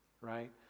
right